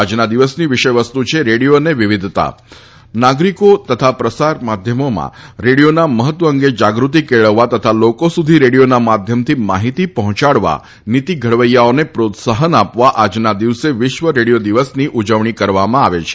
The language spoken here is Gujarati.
આજના દિવસની વિષયવસ્તુ છે રેડિયો અને વિવિધતા નાગરિકો તથા પ્રચાર માધ્યમોમાં રેડિયોના મહત્વ અંગે જાગૃતી કેળવવા તથા લોકો સુધી રેડિયોના માધ્યમથી માહિતી પહોંચાડવા નીતિ ઘડવૈયાઓને પ્રોત્સાહન આપવા આજના દિવસે વિશ્વ રેડિયો દિવસની ઉજવણી કરવામાં આવે છે